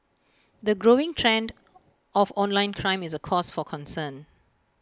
the growing trend of online crime is A cause for concern